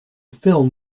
film